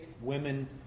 women